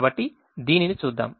కాబట్టి దీనిని చూద్దాం